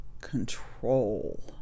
control